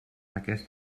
aquest